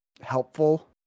helpful